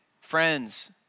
friends